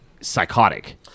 psychotic